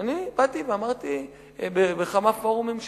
אני באתי ואמרתי בכמה פורומים שם: